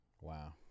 Wow